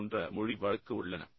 இது போன்ற மொழி வழக்கு உள்ளன